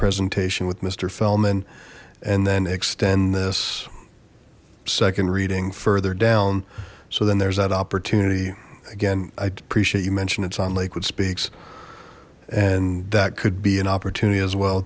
presentation with mister feldman and then extend this second reading further down so then there's that opportunity again i'd appreciate you mentioned it's on lakewood speaks and that could be an opportunity as well